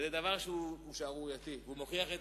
זה דבר שהוא שערורייתי, הוא מוכיח,